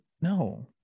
No